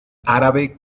árabe